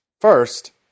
First